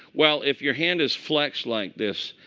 well, if your hand is flexed like this,